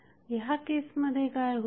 ह्या केसमध्ये काय होईल